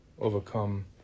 overcome